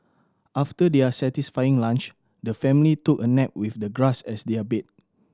after their satisfying lunch the family took a nap with the grass as their bed